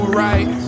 right